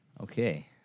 Okay